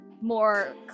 more